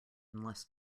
unless